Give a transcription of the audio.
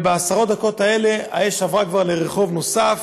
ובעשרות הדקות האלה האש עברה כבר לרחוב נוסף,